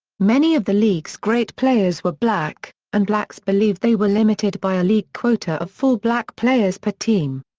many of the league's great players were black, and blacks believed they were limited by a league quota of four black players per team.